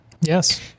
Yes